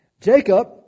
Jacob